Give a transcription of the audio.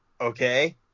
Okay